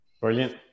Brilliant